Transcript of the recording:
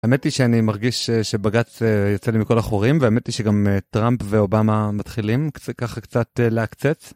האמת היא שאני מרגיש שבגץ יצא לי מכל החורים והאמת היא שגם טראמפ ואובמה מתחילים ככה קצת לעקצץ.